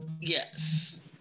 Yes